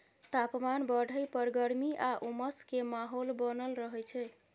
तापमान बढ़य पर गर्मी आ उमस के माहौल बनल रहय छइ